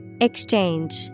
Exchange